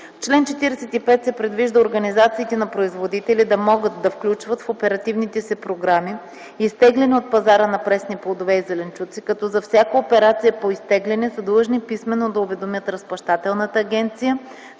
чл. 45 се предвижда организациите на производители да могат да включват в оперативните си програми изтегляне от пазара на пресни плодове и зеленчуци, като за всяка операция по изтегляне са длъжни писмено да уведомят Разплащателната агенция